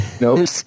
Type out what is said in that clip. Nope